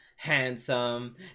handsome